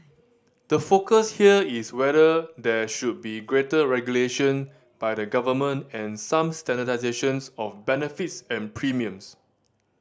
the focus here is whether there should be greater regulation by the government and some standardisation of benefits and premiums